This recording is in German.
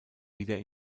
wieder